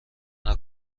نوع